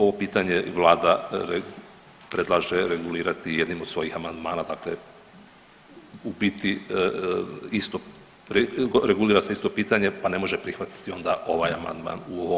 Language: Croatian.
Ovo pitanje Vlada predlaže regulirati jednim od svojih amandmana, dakle u biti isto, .../nerazumljivo/... regulira se isto pitanje pa ne može prihvatiti onda ovaj amandman u ovome obliku.